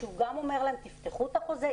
והוא גם אומר להם: תפתחו את החוזה,